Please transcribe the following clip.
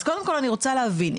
אז קודם כל אני רוצה להבין.